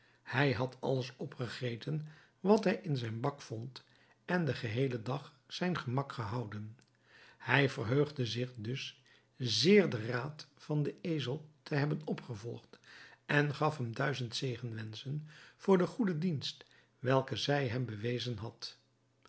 hij had alles opgegeten wat hij in zijn bak vond en den geheelen dag zijn gemak gehouden hij verheugde zich dus zeer den raad van den ezel te hebben opgevolgd en gaf hem duizend zegenwenschen voor de goede dienst welke hij hem bewezen had